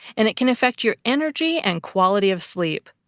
and it can affect your energy and quality of sleep.